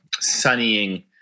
sunnying